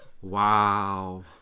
wow